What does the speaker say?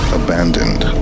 abandoned